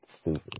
Stupid